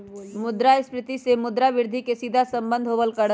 मुद्रास्फीती से मुद्रा वृद्धि के सीधा सम्बन्ध होबल करा हई